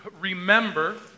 remember